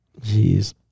Jeez